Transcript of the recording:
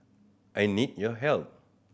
I need your help